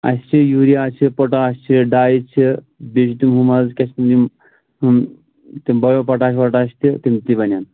اَسہِ چھُ یوٗریا اَسہِ چھُ پۅٹاش چھِ ڈاے چھِ بیٚیہِ چھِ ہُم حظ کیٛاہ چھِ تِم ہُم تِم بَیو پۅٹاش وۅٹاش تہِ تِم تہِ بنَن